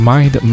Mind